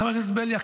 חבר הכנסת בליאק,